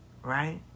Right